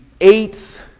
eighth